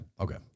Okay